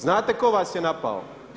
Znate tko vas je napao?